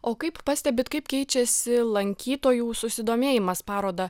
o kaip pastebit kaip keičiasi lankytojų susidomėjimas paroda